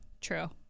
True